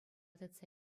тытса